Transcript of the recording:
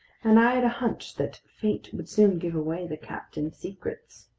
and i had a hunch that fate would soon give away the captain's secrets.